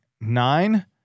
nine